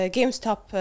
GameStop